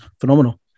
phenomenal